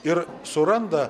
ir suranda